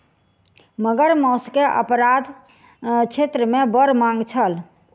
मगर मौस के अपराध क्षेत्र मे बड़ मांग छल